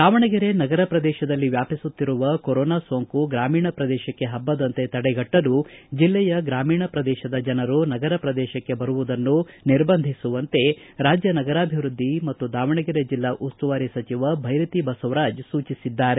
ದಾವಣಗೆರೆ ನಗರ ಪ್ರದೇಶದಲ್ಲಿ ವ್ಯಾಪಿಸುತ್ತಿರುವ ಕೊರೋನಾ ಸೋಂಕು ಗ್ರಾಮೀಣ ಪ್ರದೇಶಕ್ಕೆ ಪಬ್ಬದಂತೆ ತಡೆಗಟ್ಟಲು ಜಲ್ಲೆಯ ಗ್ರಾಮೀಣ ಪ್ರದೇಶದ ಜನರು ನಗರ ಪ್ರದೇಶಕ್ಕೆ ಬರುವುದನ್ನು ನಿರ್ಬಂಧಿಸುವಂತೆ ರಾಜ್ಯ ನಗರಾಭಿವ್ಯದ್ಲಿ ಮತ್ತು ದಾವಣಗೆರೆ ಜಿಲ್ಲಾ ಉಸ್ತುವಾರಿ ಸಚಿವ ಭೈರತಿ ಬಸವರಾಜ್ ಸೂಚಿಸಿದ್ದಾರೆ